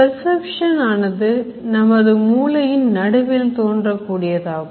Perception ஆனது நமது மூளையின் நடுவில் தோன்ற கூடியதாகும்